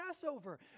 Passover